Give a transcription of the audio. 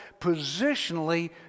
positionally